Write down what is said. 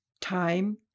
Time